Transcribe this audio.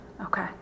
Okay